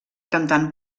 cantant